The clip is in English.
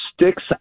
Sticks